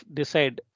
decide